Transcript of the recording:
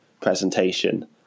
presentation